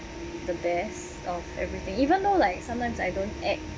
the best of everything even though like sometimes I don't act